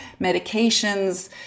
medications